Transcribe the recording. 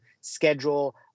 schedule